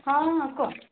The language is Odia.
ହଁ ହଁ କୁହ